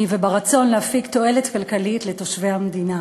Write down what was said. ושל רצון להפיק תועלת כלכלית לתושבי המדינה.